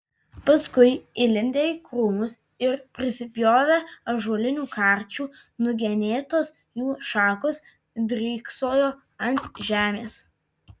paskui įlindę į krūmus ir prisipjovę ąžuolinių karčių nugenėtos jų šakos dryksojo ant žemės